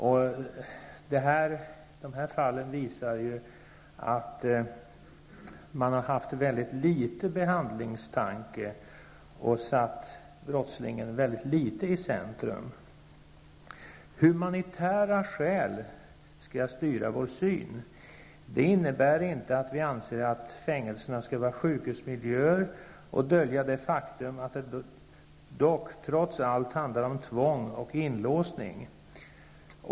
Dessa aktuella fall visar ju att man har haft väldigt litet behandlingstanke och satt brottslingen väldigt litet i centrum. Humanitära skäl skall styra vår syn. Det innebär inte att vi anser att fängelserna skall vara sjukhusmiljöer och dölja det faktum att det trots allt handlar om tvång och inlåsning.